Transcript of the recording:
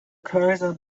cursor